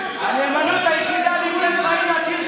מעוז, ונא לא להפריע לו.